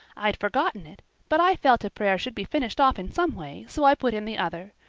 i'd forgotten it, but i felt a prayer should be finished off in some way, so i put in the other.